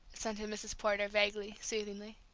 assented mrs. porter, vaguely, soothingly.